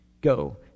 Go